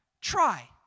Try